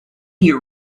your